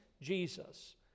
Jesus